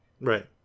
Right